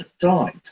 died